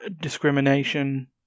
discrimination